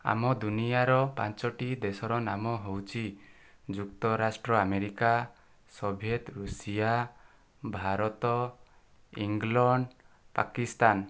ଆମ ଦୁନିଆଁର ପାଞ୍ଚୋଟି ଦେଶର ନାମ ହେଉଛି ଯୁକ୍ତରାଷ୍ଟ୍ର America Soviet Russia Bharat England Pakistan